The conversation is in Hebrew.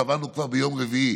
קבענו כבר ביום רביעי